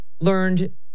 learned